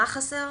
מה חסר.